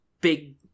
big